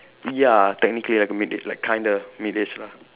ya technically I can made it like kinda made this lah